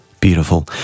Beautiful